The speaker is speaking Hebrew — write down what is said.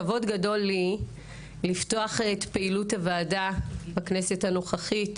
כבוד גדול לי לפתוח את פעילות הוועדה בכנסת הנוכחית,